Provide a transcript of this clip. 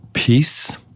Peace